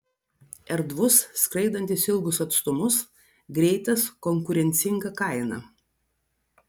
erdvus skraidantis ilgus atstumus greitas konkurencinga kaina